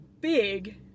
big